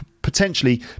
Potentially